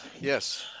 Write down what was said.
Yes